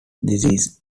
thesis